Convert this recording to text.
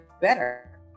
better